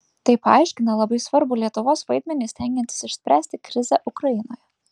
tai paaiškina labai svarbų lietuvos vaidmenį stengiantis išspręsti krizę ukrainoje